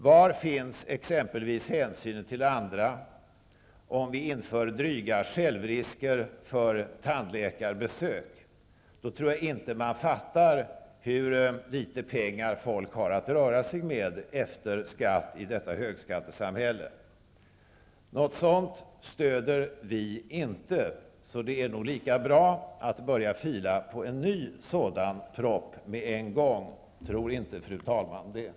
Var finns exempelvis hänsynen till andra om vi inför dryga självrisker för tandläkarbesök? Om man gör detta tror jag inte att man förstår hur litet pengar folk har att röra sig med efter skatt, i detta högskattesamhälle. Vi kommer inte att stödja något sådant, så det är nog lika bra att man börjar fila på en ny sådan proposition med en gång. Tror inte fru talman det?